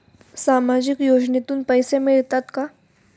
सामाजिक योजनेतून पैसे मिळतात का?